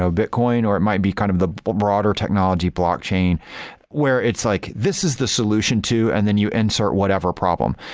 ah bitcoin or it might be kind of the broader technology blockchain where it's like, this is the solution to, and then you insert whatever problem.